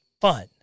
fun